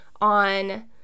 on